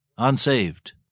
unsaved